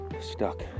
stuck